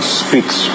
speaks